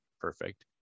perfect